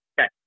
Okay